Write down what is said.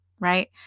right